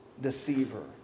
deceiver